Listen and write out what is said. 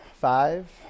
Five